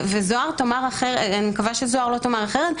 ואני מקווה שזהר לא תאמר אחרת,